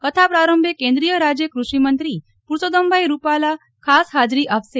કથા પ્રારંભે કેન્દ્રીય રાજ્ય ક્રષિમંત્રી પુરષોત્તમભાઈ રૂપાલા ખાસ હાજરી આપશે